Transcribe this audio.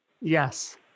Yes